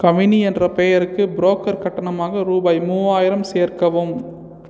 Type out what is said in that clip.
கவினி என்ற பெயருக்கு புரோக்கர் கட்டணமாக ரூபாய் மூவாயிரம் சேர்க்கவும்